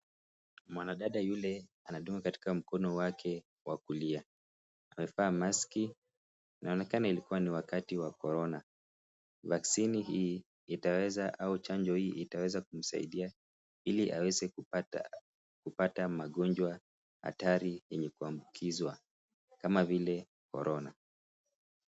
Mwanadada yule anadungwa katika mkono wake wa kulia, amevaa maski inaonekana ilikuwa ni wakati wa corona, vaksini hii itaweza au chanjo hii itaweza kumsaidia ili aweze kupata magonjwa hatari yenye kuambukizwa kama vile Corona.